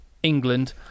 England